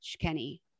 Kenny